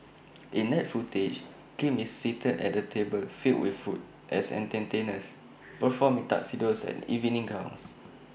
in that footage Kim is seated at A table filled with food as entertainers perform in tuxedos and evening gowns